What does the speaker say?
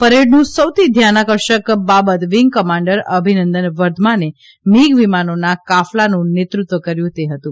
પરેડનું સૌથી ઘ્યાનાકર્ષક બાબત વીંગ કમાન્ડર અભિનંદન વર્માએ મીગ વિમાનોના કાફલાનું નેતૃત્વ કર્યુ હતું